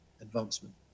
advancement